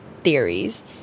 theories